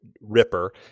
ripper